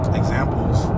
examples